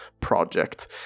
project